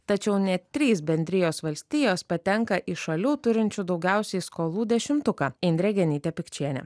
tačiau net trys bendrijos valstijos patenka į šalių turinčių daugiausiai skolų dešimtuką indrė genytė pikčienė